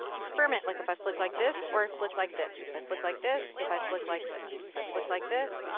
ah experiment. like if i flick like this, or i flick like this. if i flick like this, if i flick like this. if i flick like this.